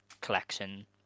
collection